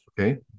Okay